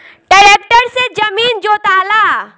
tractor से जमीन जोताला